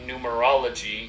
numerology